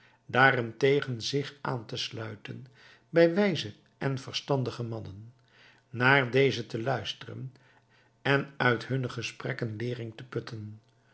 daarentegen zich aan te sluiten bij wijze en verstandige mannen naar dezen te luisteren en uit hunne gesprekken leering te putten